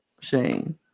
Shane